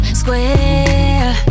square